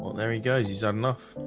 um there he goes he's um enough,